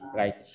right